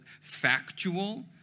factual